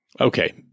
Okay